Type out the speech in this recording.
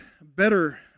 better